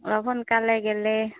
অলপ সোনকালে গ'লে